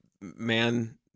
man